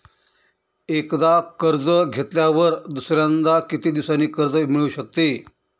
एकदा कर्ज घेतल्यावर दुसऱ्यांदा किती दिवसांनी कर्ज मिळू शकते?